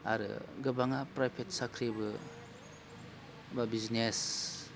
आरो गोबाङा प्राइभेट साख्रिबो बा बिजनेस